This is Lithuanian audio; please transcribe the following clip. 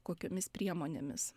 kokiomis priemonėmis